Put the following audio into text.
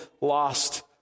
lost